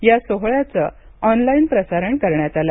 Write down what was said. या सोहळ्याचं ऑनलाईन प्रसारण करण्यात आलं